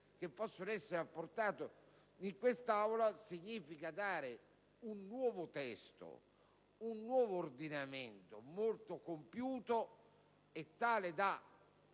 che possono essere apportati in quest'Aula, si dà un nuovo testo, un nuovo ordinamento, molto compiuto, tale da